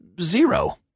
zero